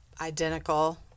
identical